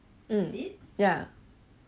mm ya